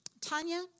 Tanya